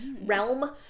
realm